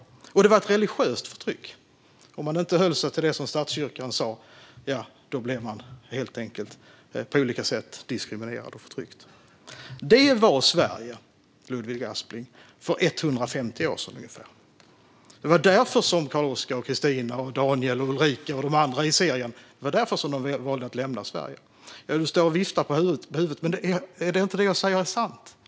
Och det rådde ett religiöst förtryck. Om man inte höll sig till vad statskyrkan sa blev man helt enkelt på olika sätt diskriminerad och förtryckt. Detta var Sverige för 150 år sedan, Ludvig Aspling. Det var därför som Karl-Oskar, Kristina, Daniel och Ulrika och de andra i serien valde att lämna Sverige. Ludvig Aspling viftar på huvudet; men är inte det jag säger sant?